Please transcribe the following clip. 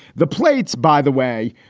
the plates, by the way,